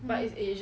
mm